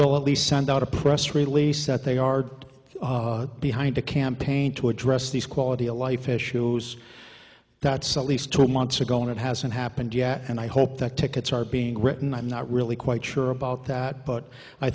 will at least send out a press release that they are behind a campaign to address these quality of life issues datsun least two months ago and it hasn't happened yet and i hope that tickets are being written i'm not really quite sure about that but i